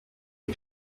ate